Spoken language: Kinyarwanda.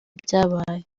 byabaye